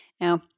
Now